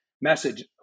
message